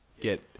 get